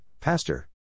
pastor